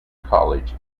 college